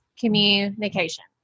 communication